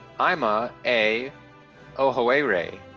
aima a ohiwerei,